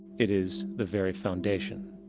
it is the very foundation.